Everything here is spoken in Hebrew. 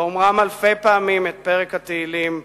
באומרם אלפי פעמים את פרק תהילים,